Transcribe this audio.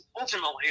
ultimately